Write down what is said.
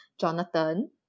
Jonathan